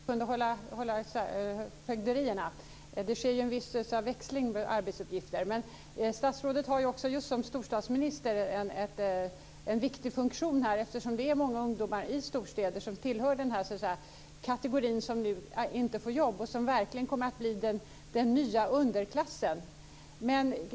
Herr talman! Jag får be om ursäkt för att jag inte riktigt kunde hålla isär fögderierna. Det har ju skett en viss växling av arbetsuppgifter. Statsrådet har ju som storstadsminister en viktig funktion här, eftersom det är många ungdomar i storstäder som tillhör den kategori som nu inte får jobb och som verkligen kommer att bli den nya underklassen.